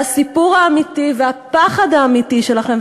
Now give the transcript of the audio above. והסיפור האמיתי והפחד האמיתי שלכם,